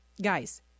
Guys